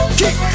kick